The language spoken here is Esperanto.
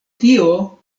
tio